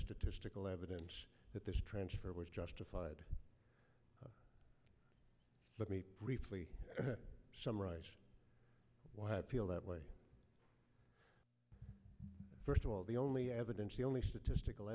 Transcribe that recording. statistical evidence that this transfer was justified let me briefly summarize why feel that way first of all the only evidence the only statistical